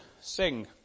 sing